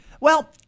Well-